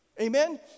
Amen